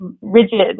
rigid